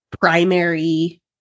primary